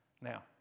Now